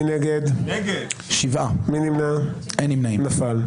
סליחה, שמחה, ההסתייגות הזאת עברה.